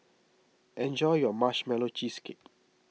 enjoy your Marshmallow Cheesecake